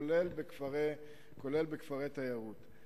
לרבות בכפרי תיירות.